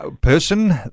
person